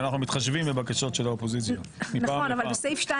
סעיף 5